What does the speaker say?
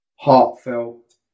heartfelt